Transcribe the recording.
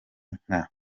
nka